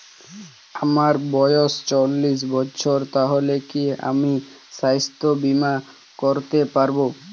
আমার বয়স চল্লিশ বছর তাহলে কি আমি সাস্থ্য বীমা করতে পারবো?